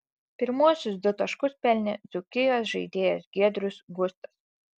pirmuosius du taškus pelnė dzūkijos žaidėjas giedrius gustas